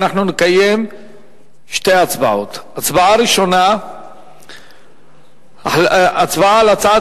אנחנו נקיים שתי הצבעות: הצבעה ראשונה היא על הצעת